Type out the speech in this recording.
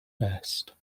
best